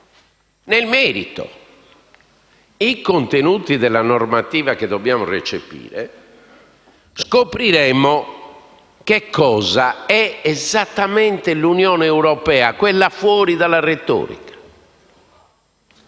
nel merito i contenuti della normativa che dobbiamo recepire scopriremmo che cosa è esattamente, fuori dalla retorica,